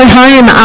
home